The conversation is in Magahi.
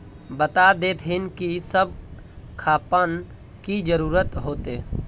बता देतहिन की सब खापान की जरूरत होते?